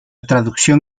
traducción